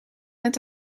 met